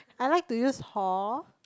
I like to use horn